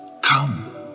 come